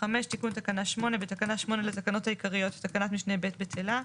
תיקון תקנה 8 5.בתקנה 8 לתקנות העיקריות תקנת משנה (ב) בטלה.